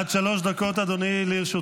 עד שלוש דקות לרשותך,